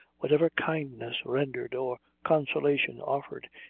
whatever kindness rendered, or consolation offered,